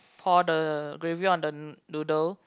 pour the gravy on the noodle